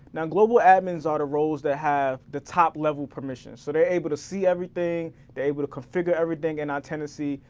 now global admins are the roles that have the top level permissions, so they're able to see everything, they're able to configure everything in our tenancy,